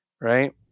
right